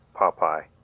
Popeye